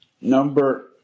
Number